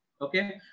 Okay